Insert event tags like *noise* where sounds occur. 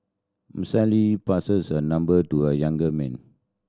*unintelligible* passes her number to a young man